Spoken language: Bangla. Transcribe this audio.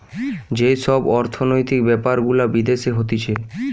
যেই সব অর্থনৈতিক বেপার গুলা বিদেশে হতিছে